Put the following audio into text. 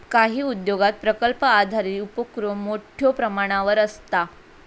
काही उद्योगांत प्रकल्प आधारित उपोक्रम मोठ्यो प्रमाणावर आसता